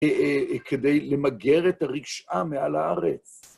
כדי למגר את הרישעה מעל הארץ.